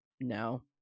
No